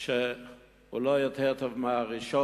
שהוא לא יותר טוב מהראשון,